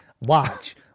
Watch